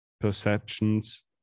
perceptions